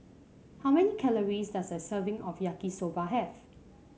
how many calories does a serving of Yaki Soba have